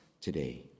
today